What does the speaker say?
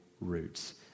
roots